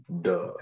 Duh